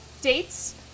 dates